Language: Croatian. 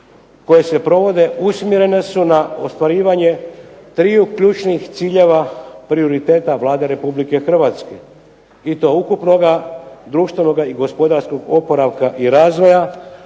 koje se provode usmjerene su na ostvarivanje triju ključnih ciljeva prioriteta Vlade Republike Hrvatske i to ukupnoga društvenoga i gospodarskog oporavka i razvoja